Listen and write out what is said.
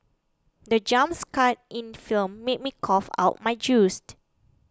the jump scare in film made me cough out my juiced